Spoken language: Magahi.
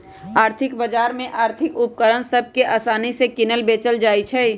आर्थिक बजार में आर्थिक उपकरण सभ के असानि से किनल बेचल जाइ छइ